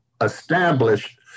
established